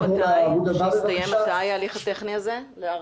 מתי יסתיים ההליך הטכני הזה, להערכתך?